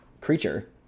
creature